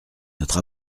notre